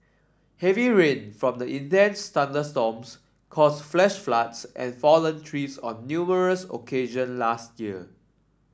heavy rain from the intense thunderstorms cause flash floods and fallen trees on numerous occasion last year